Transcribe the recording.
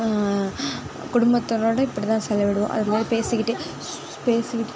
குடும்பத்தோடு இப்படிதான் செலவிடுவோம் அதுமாதிரி பேசிக்கிட்டே பேசிகிட்டு